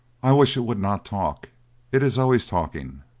i wish it would not talk it is always talking.